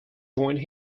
joined